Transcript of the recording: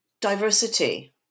diversity